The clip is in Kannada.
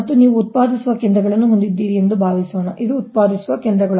ಮತ್ತು ನೀವು ಉತ್ಪಾದಿಸುವ ಕೇಂದ್ರಗಳನ್ನು ಹೊಂದಿದ್ದೀರಿ ಎಂದು ಭಾವಿಸೋಣ ಇದು ಉತ್ಪಾದಿಸುವ ಕೇಂದ್ರಗಳು